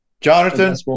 jonathan